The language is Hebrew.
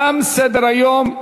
תם סדר-היום.